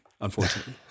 unfortunately